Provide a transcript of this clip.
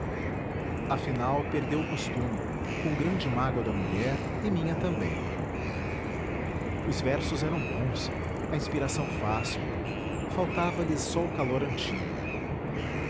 afinal perdeu o costume com grande mágoa da mulher e minha também os versos eram bons a inspiração fácil faltava-lhes só o calor antigo